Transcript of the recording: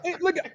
Look